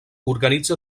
organitza